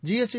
GST